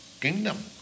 kingdom